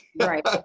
right